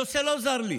הנושא לא זר לי